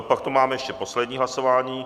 Pak tu máme ještě poslední hlasování.